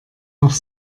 noch